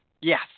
Yes